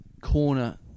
corner